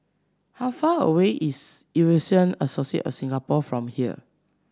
how far away is Eurasian Association of Singapore from here